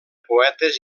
poetes